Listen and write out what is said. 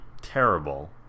terrible